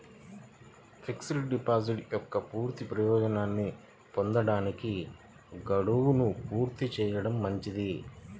fixed deposit యొక్క పూర్తి ప్రయోజనాన్ని పొందడానికి, గడువును పూర్తి చేయడం మంచిది